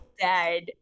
dead